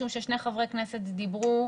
משום ששני חברי כנסת דיברו,